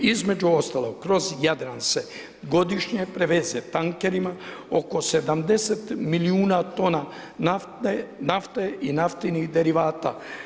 Između ostalog kroz Jadran se godišnje preveze tankerima oko 70 milijuna tona nafte i naftnih derivata.